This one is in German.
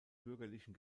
bürgerlichen